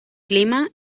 clima